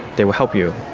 they will help you.